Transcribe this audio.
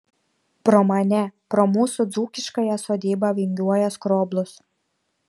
pro mane pro mūsų dzūkiškąją sodybą vingiuoja skroblus